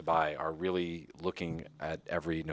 to buy are really looking at every